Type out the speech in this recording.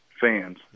fans